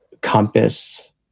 compass